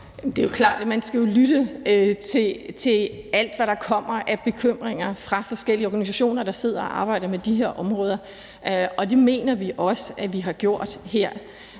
det er jo klart, at man skal lytte til alt, hvad der kommer af bekymringer fra forskellige organisationer, der sidder og arbejder med de her områder, og det mener vi også at vi har gjort her.